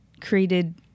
created